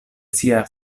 sia